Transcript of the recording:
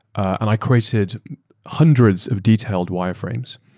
and i created hundreds of detailed wireframes.